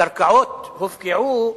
הקרקעות הופקעו,